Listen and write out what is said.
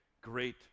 great